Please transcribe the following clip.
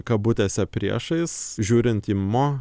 kabutėse priešais žiūrint į mo